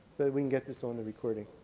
we can get this on the recording.